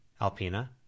Alpina